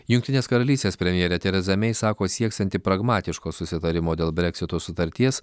jungtinės karalystės premjerė tereza mei sako sieksianti pragmatiško susitarimo dėl brexito sutarties